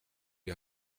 les